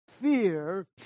fear